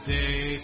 day